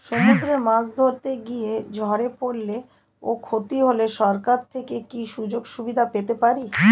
সমুদ্রে মাছ ধরতে গিয়ে ঝড়ে পরলে ও ক্ষতি হলে সরকার থেকে কি সুযোগ সুবিধা পেতে পারি?